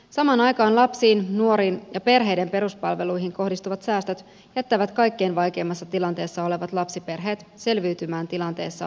samaan aikaan lapsiin nuoriin ja perheiden peruspalveluihin kohdistuvat säästöt jättävät kaikkein vaikeimmassa tilanteessa olevat lapsiperheet selviytymään tilanteessa omin voimin